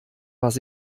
was